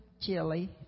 chili